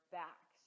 back